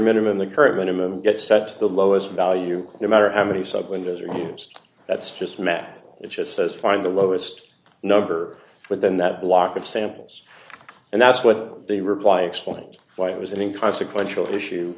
minimum the current minimum gets set at the lowest value no matter how many sub windows are used that's just math it just says find the lowest number within that block of samples and that's what they reply i explained why it was an inconsequential issue